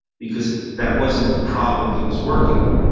because that wasn't a problem he was working on.